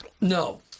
No